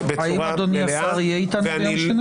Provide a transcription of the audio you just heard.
האם אדוני השר יהיה אתנו ביום שני?